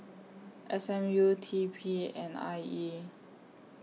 S M U T P and I E